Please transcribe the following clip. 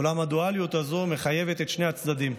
אולם הדואליות הזו מחייבת את שני הצדדים.